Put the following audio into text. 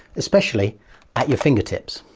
especially at your fingertips!